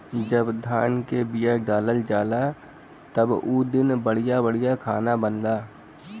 जब धान क बिया डालल जाला त उ दिन बढ़िया बढ़िया खाना बनला